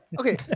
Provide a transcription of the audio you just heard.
Okay